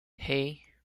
hey